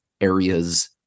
areas